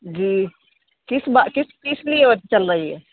جی کس ب کس کس لیے اور چل رہی ہے